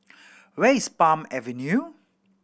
where is Palm Avenue